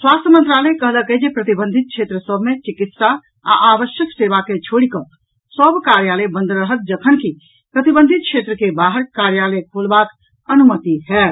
स्वास्थ्य मंत्रालय कहलक अछि जे प्रतिबंधित क्षेत्र सभ मे चिकित्सा आ आवश्यक सेवा के छोड़िकऽ सभ कार्यालय बंद रहत जखनकि प्रतिबंधित क्षेत्र के बाहर कार्यालय खोलबाक अनुमति होयत